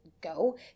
go